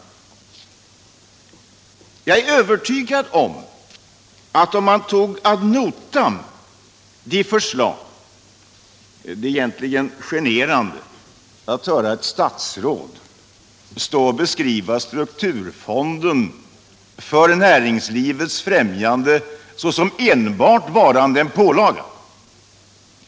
Regeringen borde ta ad notam de förslag vi fört fram om strukturfonder och löntagarfonder. I det sammanhanget vill jag säga att det egentligen är generande att ett statsråd står och beskriver vårt förslag till strukturfond för näringslivets främjande som enbart varande en pålaga.